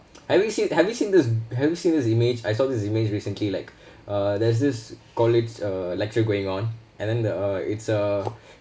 have you seen have you seen those have you seen those image I saw this image recently like uh there's this college uh lecture going on and then uh it's uh